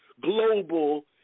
global